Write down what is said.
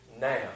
Now